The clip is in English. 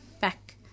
back